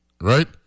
right